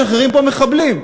משחררים פה מחבלים.